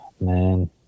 Man